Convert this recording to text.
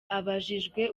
abajijwe